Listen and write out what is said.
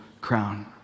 crown